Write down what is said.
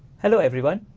hello everyone,